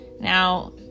Now